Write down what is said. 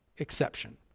Exception